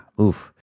Oof